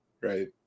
right